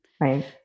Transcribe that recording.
Right